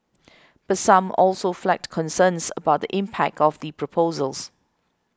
but some also flagged concerns about the impact of the proposals